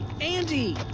Andy